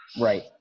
Right